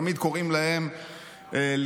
תמיד קוראים להם לתרום.